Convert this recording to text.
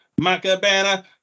Macabana